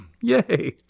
yay